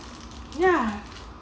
ya